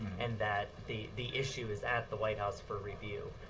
and that the the issue is at the white house for review.